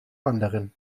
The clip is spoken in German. anderen